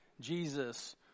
Jesus